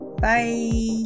Bye